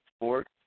Sports